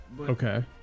Okay